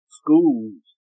schools